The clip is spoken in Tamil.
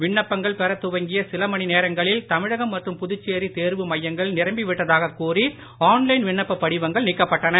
விண்ணப்பங்கள் பெறத்துவங்கியசிலமணிநேரங்களில்தமிழகம்மற்றும்புதுச்சேரிதேர்வுமை யங்கள்நிரம்பிவிட்டதாககூறி ஆன்லைன்விணப்பப்படிவங்கள் நீக்கப்பட்டன